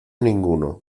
ninguno